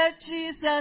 Jesus